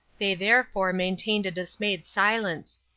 they, therefore, maintained a dismayed silence.